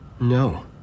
No